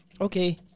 Okay